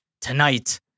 Tonight